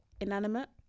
inanimate